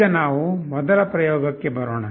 ಈಗ ನಾವು ಮೊದಲ ಪ್ರಯೋಗಕ್ಕೆ ಬರೋಣ